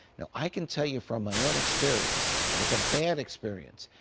i can tell you from my own experience, and it's a bad experience,